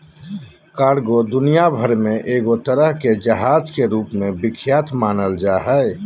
cargo दुनिया भर मे एगो तरह के जहाज के रूप मे विख्यात मानल जा हय